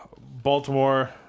Baltimore